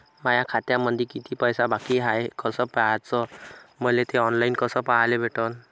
माया खात्यामंधी किती पैसा बाकी हाय कस पाह्याच, मले थे ऑनलाईन कस पाह्याले भेटन?